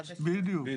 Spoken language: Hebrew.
בדיוק.